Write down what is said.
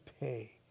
pay